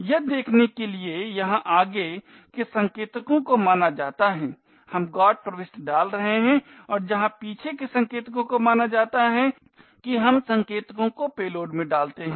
यह देखने के लिए जहां आगे के संकेतकों को माना जाता है हम GOT प्रविष्टि डाल रहे हैं और जहां पीछे के संकेतकों को माना जाता है कि हम संकेतकों को पेलोड में डालते है